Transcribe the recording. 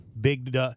Big